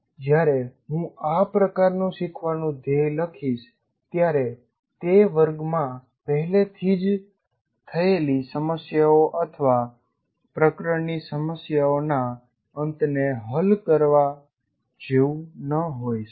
જ્યારે હું આ પ્રકારનું શીખવાનું ધ્યેય લખીશ ત્યારે તે વર્ગમાં પહેલેથી જ થયેલી સમસ્યાઓ અથવા પ્રકરણની સમસ્યાઓના અંતને હલ કરવા જેવું ન હોઈ શકે